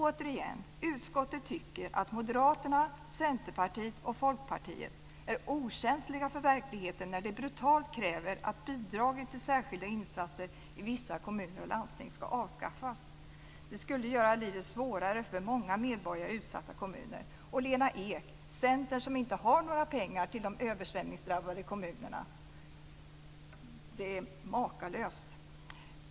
Återigen tycker utskottet att Moderaterna, Centerpartiet och Folkpartiet är okänsliga för verkligheten när de brutalt kräver att bidraget till särskilda insatser i vissa kommuner och landsting ska avskaffas. Det skulle göra livet svårare för många medborgare i utsatta kommuner. Och Lena Ek och Centern har ju inga pengar till de översvämningsdrabbade kommunerna! Det är makalöst!